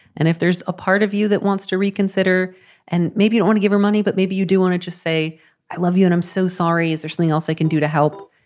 and if there's a part of you that wants to reconsider and maybe you want to give her money, but maybe you do want to just say i love you and i'm so sorry. is there anything else i can do to help?